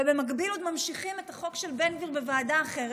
ובמקביל עוד ממשיכים את החוק של בן גביר בוועדה אחרת.